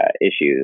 issues